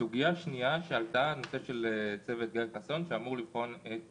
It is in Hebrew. סוגיה שנייה שעלתה של צוות גיא חסון שאמור לבחון את